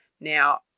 Now